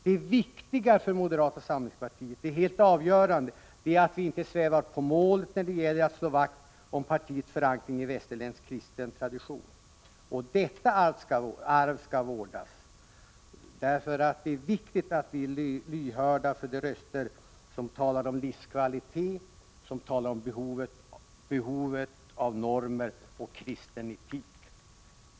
Det viktiga och helt avgörande för moderata samlingspartiet är att vi inte svävar på målet när det gäller att slå vakt om partiets förankring i västerländsk kristen tradition. Detta arv skall vårdas. Det är viktigt att vi är lyhörda för de röster som talar om livskvalitet, som talar om behovet av normer och kristen etik.